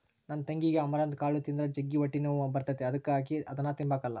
ನನ್ ತಂಗಿಗೆ ಅಮರಂತ್ ಕಾಳು ತಿಂದ್ರ ಜಗ್ಗಿ ಹೊಟ್ಟೆನೋವು ಬರ್ತತೆ ಅದುಕ ಆಕಿ ಅದುನ್ನ ತಿಂಬಕಲ್ಲ